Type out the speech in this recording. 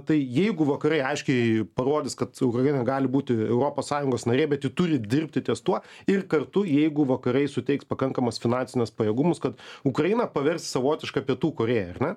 tai jeigu vakarai aiškiai parodys kad ukraina gali būti europos sąjungos narė bet ji turi dirbti ties tuo ir kartu jeigu vakarai suteiks pakankamas finansines pajėgumus kad ukrainą paverst savotiška pietų korėja ne